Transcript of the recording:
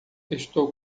estou